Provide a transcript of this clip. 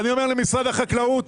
ואני אומר למשרד החקלאות,